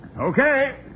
Okay